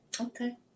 Okay